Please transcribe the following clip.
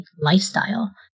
lifestyle